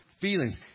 feelings